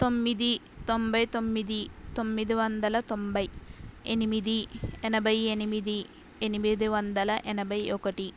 తొమ్మిది తొంభైతొమ్మిది తొమ్మిదివందలతొంభై ఎనిమిది ఎనభైఎనిమిది ఎనిమిదివందల ఎనభైఒకటి